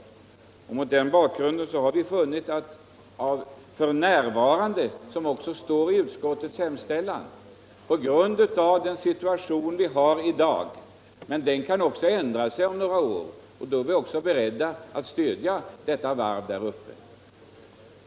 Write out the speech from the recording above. Det är mot den bakgrunden och på grund av den situation som vi f. n. har som vi har tagit ställning, men situationen kan ändra sig om några år, och då är vi också beredda att stöjda varvet där uppe.